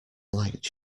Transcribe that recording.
liked